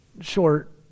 short